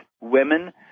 women